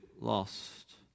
lost